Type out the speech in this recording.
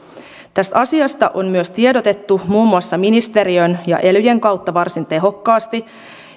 tästä asiasta on myös tiedotettu muun muassa ministeriön ja elyjen kautta varsin tehokkaasti